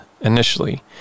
initially